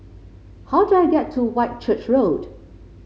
how do I get to Whitchurch Road